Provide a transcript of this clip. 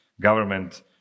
government